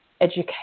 education